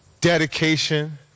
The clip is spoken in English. dedication